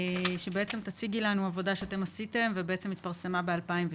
תציגי לנו עבודה שאתם עשיתם והתפרסמה ב-2019.